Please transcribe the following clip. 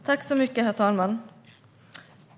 Herr talman!